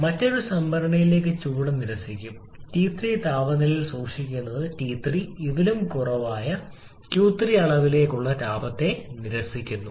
മറ്റൊരു സംഭരണിയിലേക്ക് ചൂട് നിരസിക്കും T3 താപനിലയിൽ സൂക്ഷിക്കുന്നത് T3 ഇതിലും കുറവായ Q3 അളവിലുള്ള താപത്തെ നിരസിക്കുന്നു